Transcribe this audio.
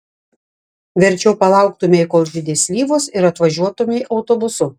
verčiau palauktumei kol žydės slyvos ir atvažiuotumei autobusu